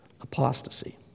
apostasy